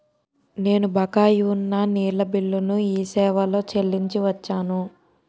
నేను బకాయి ఉన్న నీళ్ళ బిల్లును ఈ సేవాలో చెల్లించి వచ్చాను